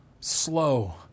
slow